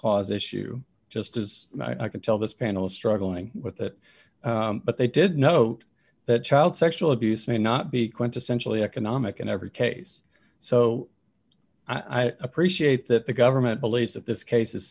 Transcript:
clause issue just as i can tell this panel is struggling with that but they did note that child sexual abuse may not be quintessentially economic in every case so i appreciate that the government believes that this case is